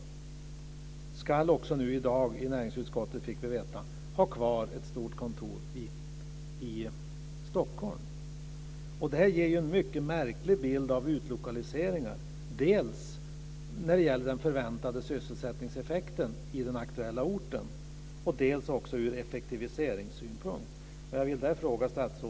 Men i dag fick vi veta i näringsutskottet att den också ska ha kvar ett stort kontor i Stockholm. Detta ger en mycket märklig bild av utlokaliseringar, dels när det gäller den förväntade sysselsättningseffekten på den aktuella orten, dels ur effektiviseringssynpunkt.